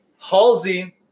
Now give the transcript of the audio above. Halsey